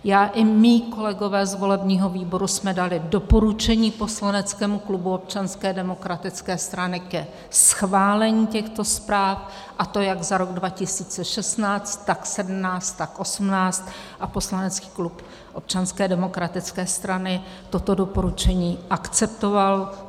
Já i mí kolegové z volebního výboru jsme dali doporučení poslaneckému klubu Občanské demokratické strany ke schválení těchto zpráv, a to jak za rok 2016, tak 2017, tak 2018 a poslanecký klub Občanské demokratické strany toto doporučení akceptoval.